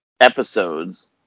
episodes